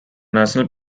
national